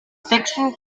section